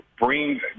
bring